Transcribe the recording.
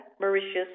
Mauritius